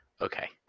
Okay